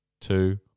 two